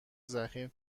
ضخیم